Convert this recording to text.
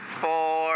four